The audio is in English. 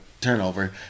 turnover